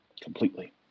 completely